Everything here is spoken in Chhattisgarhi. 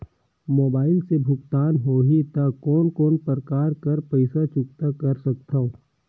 मोबाइल से भुगतान होहि त कोन कोन प्रकार कर पईसा चुकता कर सकथव?